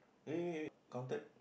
wait wait wait wait counted